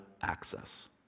access